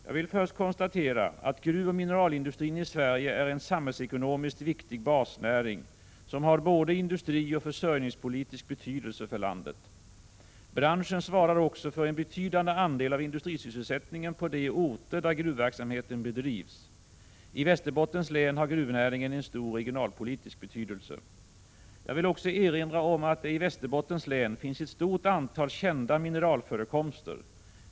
Jag vill först konstatera att gruvoch mineralindustrin i Sverige är en samhällsekonomiskt viktig basnäring, som har både industrioch försörjningspolitisk betydelse för landet. Branschen svarar också för en betydande andel av industrisysselsättningen på de orter där gruvverksamheten bedrivs. I Västerbottens län har gruvnäringen en stor regionalpolitisk betydelse. Jag vill också erinra om att det i Västerbottens län finns ett stort antal kända mineralförekomster.